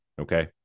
okay